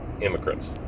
immigrants